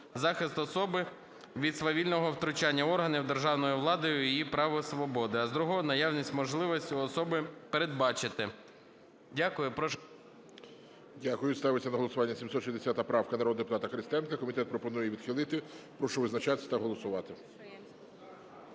захист особи від свавільного втручання органів державної влади в її права і свободи, а, з другого, наявність можливості у особи передбачити. Дякую.